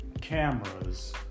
cameras